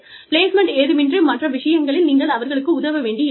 placement ஏதுமின்றி மற்ற விஷயங்களில் நீங்கள் அவர்களுக்கு உதவ வேண்டியிருக்கலாம்